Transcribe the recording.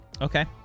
Okay